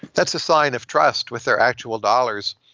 that's a sign of trust with their actual dollars.